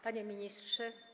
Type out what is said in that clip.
Panie Ministrze!